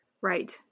right